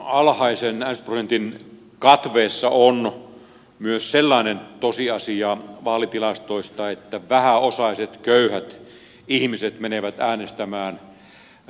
alhaisen äänestysprosentin katveessa on myös sellainen tosiasia vaalitilastoista että vähäosaiset köyhät ihmiset menevät äänestämään harvemmin